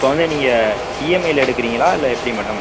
இப்போ வந்து நீங்கள் இஎம்ஐயில் எடுக்கறீங்களா இல்லை எப்படி மேடம்